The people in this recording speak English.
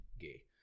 gay